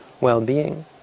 well-being